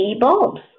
bulbs